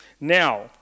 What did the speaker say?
Now